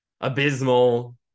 abysmal